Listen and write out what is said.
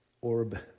orb